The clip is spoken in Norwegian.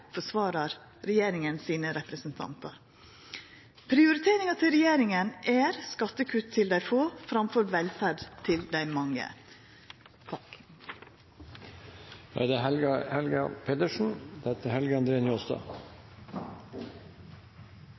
frå regjeringa. Prioriteringa til regjeringa er skattekutt til dei få framfor velferd til dei mange. Vi kan slå fast at så langt i debatten er vi tverrpolitisk enig om honnørordene, men når det